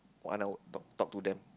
one hour talk talk to them